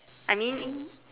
I mean